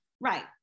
Right